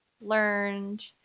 learned